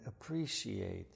appreciate